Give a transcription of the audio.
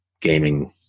gaming